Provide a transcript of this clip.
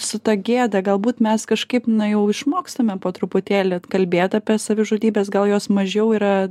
su ta gėda galbūt mes kažkaip na jau išmokstame po truputėlį kalbėt apie savižudybes gal jos mažiau yra